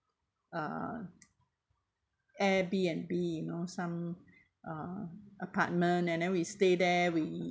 uh Airbnb you know some uh apartment and then we stay there we